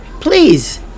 please